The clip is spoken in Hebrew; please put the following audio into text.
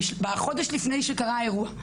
בחודש לפני שקרה האירוע,